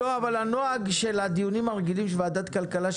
הנוהג של הדיונים הרגילים של ועדת הכלכלה,